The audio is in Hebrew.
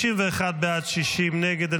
51 בעד, 60 נגד.